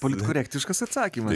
politkorektiškas atsakymas